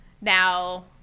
now